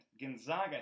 Gonzaga